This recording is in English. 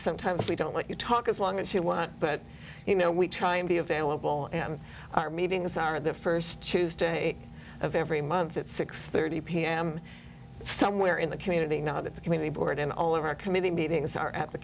sometimes we don't let you talk as long as you want but you know we try and be available and our meetings are the first tuesday of every month at six thirty pm somewhere in the community now that the community board and all of our committee meetings are at the